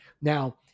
Now